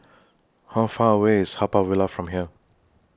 How Far away IS Haw Par Villa from here